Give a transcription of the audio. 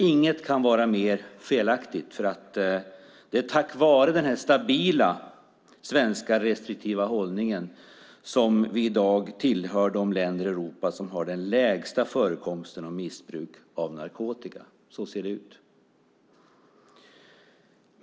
Inget kan vara mer felaktigt, för det är tack vare den stabila svenska restriktiva hållningen som Sverige i dag är ett av de länder i Europa som har den minsta förekomsten av missbruk av narkotika, så ser det ut.